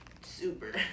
super